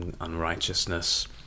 unrighteousness